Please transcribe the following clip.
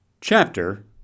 Chapter